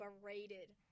berated